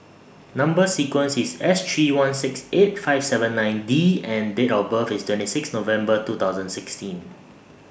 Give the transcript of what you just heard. Number sequence IS S three one six eight five seven nine D and Date of birth IS twenty six November two thousand sixteen